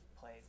played